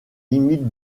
limites